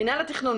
מינהל התכנון,